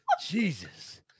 Jesus